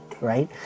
right